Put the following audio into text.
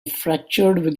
fractured